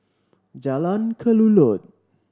Jalan Kelulut